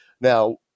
Now